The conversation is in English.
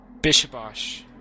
Bishabosh